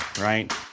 right